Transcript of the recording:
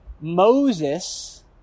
Moses